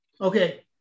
okay